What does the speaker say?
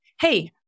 Hey